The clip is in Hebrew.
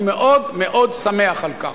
אני מאוד-מאוד שמח על כך.